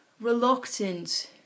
reluctant